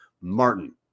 Martin